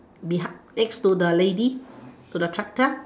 behind next to the lady to the tractor